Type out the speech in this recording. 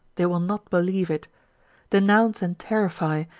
they will not believe it denounce and terrify,